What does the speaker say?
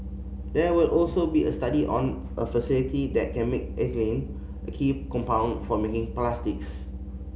there will also be a study on a facility that can make ethylene a key compound for making plastics